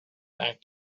act